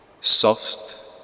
soft